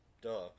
Duh